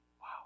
Wow